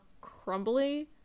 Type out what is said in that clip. crumbly